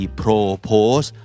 propose